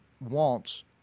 wants